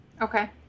Okay